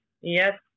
Yes